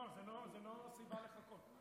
לא, זאת לא סיבה לחכות.